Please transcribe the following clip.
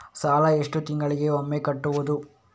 ಸಾಲ ಎಷ್ಟು ತಿಂಗಳಿಗೆ ಒಮ್ಮೆ ಕಟ್ಟುವುದು?